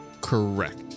Correct